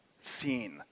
seen